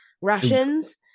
Russians